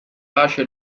pace